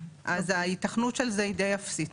אז ההיתכנות של זה היא די אפסית,